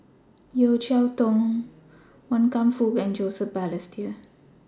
Yeo Cheow Tong Wan Kam Fook and Joseph Balestier